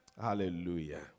Hallelujah